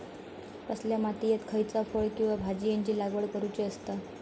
कसल्या मातीयेत खयच्या फळ किंवा भाजीयेंची लागवड करुची असता?